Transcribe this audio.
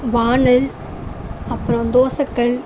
வானல் அப்புறம் தோசை கல்